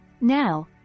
Now